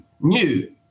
new